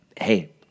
hey